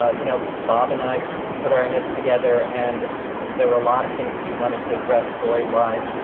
ah you know, bob and i put our heads together and there were a lot of things that we wanted to address, storywise.